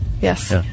Yes